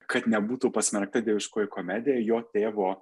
kad nebūtų pasmerkta dieviškoji komedija jo tėvo